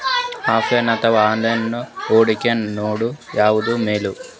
Offline ಅಥವಾ online ಹೂಡಿಕೆ ನಡು ಯವಾದ ಛೊಲೊ?